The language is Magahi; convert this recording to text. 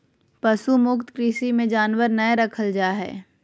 पशु मुक्त कृषि मे जानवर नय रखल जा हय